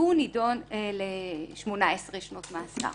והוא נידון ל-18 שנות מאסר.